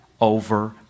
over